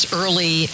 early